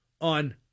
on